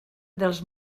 dels